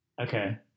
Okay